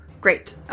Great